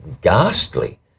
ghastly